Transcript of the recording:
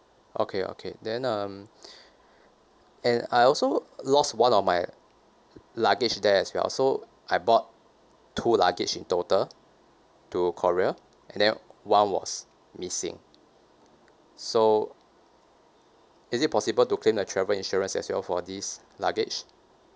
okay okay then um and I also lost one of my luggage there as well so I bought two luggage in total to korea and then one was missing so is it possible to claim the travel insurance as well for this luggage